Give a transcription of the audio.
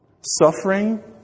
suffering